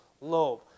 lobe